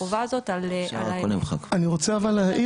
בחלק מהמדינות שימו לב שחובת הבידוד היא יותר ארוכה ממה שקיים